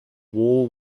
war